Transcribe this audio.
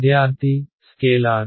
విద్యార్థి స్కేలార్